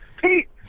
Pete